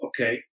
okay